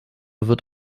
wird